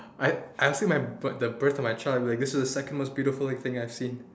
I I say my the birth of my child like this is the second most beautiful thing I've seen